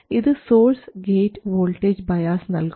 ഇത് source gate voltage bias നൽകും